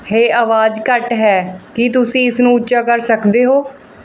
ਹੇ ਆਵਾਜ਼ ਘੱਟ ਹੈ ਕੀ ਤੁਸੀਂ ਇਸਨੂੰ ਉੱਚਾ ਕਰ ਸਕਦੇ ਹੋ